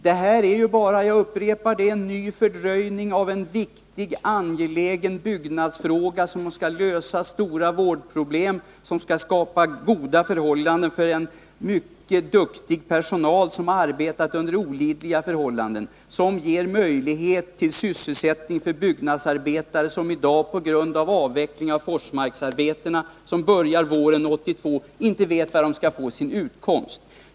Det här blir ju bara — jag upprepar det — en ny fördröjning av ett angeläget byggande, som skall lösa stora vårdproblem, som skall skapa goda förhållanden för en mycket duktig personal, vilken arbetat under olidliga förhållanden, och som ger möjlighet till sysselsättning för byggnadsarbetare vilka i dag på grund av den avveckling av arbetena i Forsmark som börjar våren 1982 inte vet var de skall få sin utkomst.